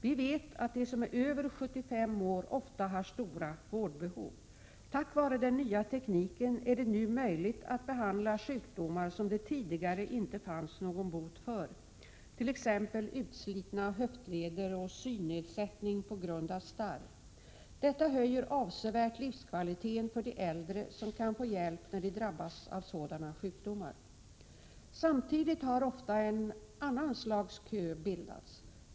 Vi vet att de som är över 75 år ofta har stora vårdbehov. Tack vare den nya tekniken är det nu möjligt att behandla sjukdomar som det tidigare inte fanns någon bot för —t.ex. utslitna höftleder och synnedsättning på grund av starr. Detta höjer avsevärt livskvaliteten för de äldre som kan få hjälp när de drabbas av sådana sjukdomar. Samtidigt har ofta en annan sorts kö bildats.